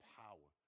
power